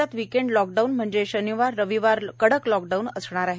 राज्यात weekend lockdown म्हणजे शनिवार आणि रविवार कडक लॉकडाऊन असणार आहे